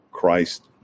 Christ